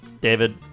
David